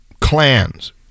clans